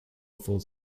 four